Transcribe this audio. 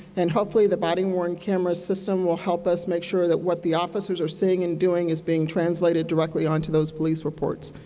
and hopefully the body-worn camera system will help us make sure that what the officers are seeing and doing is being translated directly on to those police reports.